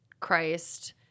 Christ